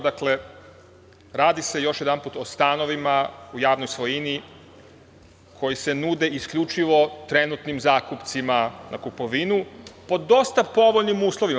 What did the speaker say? Dakle, radi se, još jedanput, o stanovima u javnoj svojini koji se nude isključivo trenutnim zakupcima na kupovinu po dosta povoljnim uslovima.